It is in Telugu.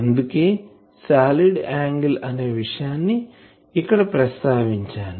అందుకనే సాలిడ్ యాంగిల్ అనే విషయాన్నీ ఇక్కడ ప్రస్తావించాను